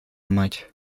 мать